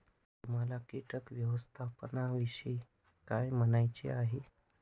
तुम्हाला किटक व्यवस्थापनाविषयी काय म्हणायचे आहे?